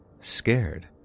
scared